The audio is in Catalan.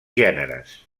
gèneres